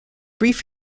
brief